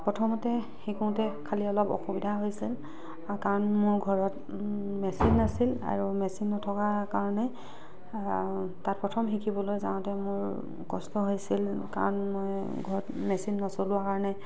প্ৰথমতে শিকোতে খালি অলপ অসুবিধা হৈছে কাৰণ মোৰ ঘৰত মেচিন নাছিল আৰু মেচিন নথকা কাৰণে তাত প্ৰথম শিকিবলৈ যাওতে মোৰ কষ্ট হৈছিল কাৰণ মই ঘৰত মেচিন নচলোৱা কাৰণে